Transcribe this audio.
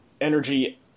energy